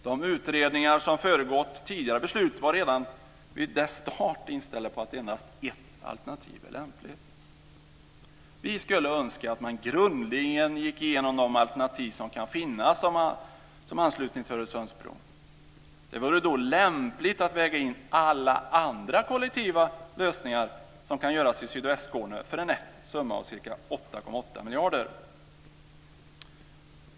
De utredningar som föregått tidigare beslut var redan vid starten inställda på att endast ett alternativ är lämpligt. Vi skulle önska att man grundligt gick igenom de alternativ som kan finnas som anslutning till Öresundsbron. Det vore då lämpligt att väga in alla andra kollektiva lösningar som kan göras i Sydvästskåne för en nätt summa av ca 8,8 miljarder.